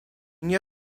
nie